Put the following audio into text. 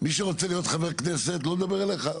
מי שרוצה להיות חבר כנסת, אני לא מדבר אליך,